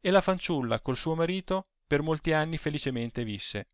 e hi fanciulla col suo marito per molti anni felicemente visse